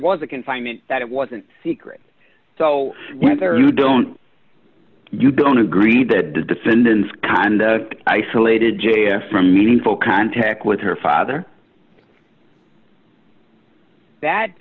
was a confinement that it wasn't secret so whether you don't you don't agree that the defendants kind i solicited j s from meaningful contact with her father that